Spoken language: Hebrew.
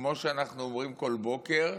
כמו שאנחנו רואים כל בוקר,